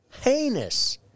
heinous